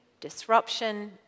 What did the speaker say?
disruption